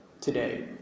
today